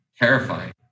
Terrifying